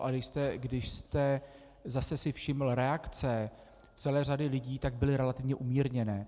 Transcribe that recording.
Ale když jste si zase všiml reakce celé řady lidí, tak byly relativně umírněné.